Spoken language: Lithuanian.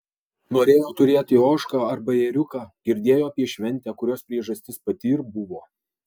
norėjo turėti ožką arba ėriuką girdėjo apie šventę kurios priežastis pati ir buvo